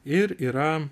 ir yra